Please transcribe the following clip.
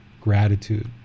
Gratitude